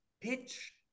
Pitch